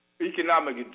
economic